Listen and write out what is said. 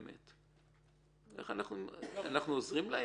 אנחנו עוזרים להם